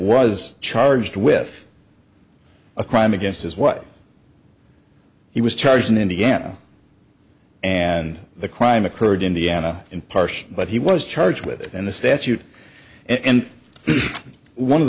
was charged with a crime against is what he was charged in indiana and the crime occurred in the ana impartial but he was charged with in the statute and one of